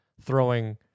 Throwing